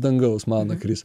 dangaus mana kris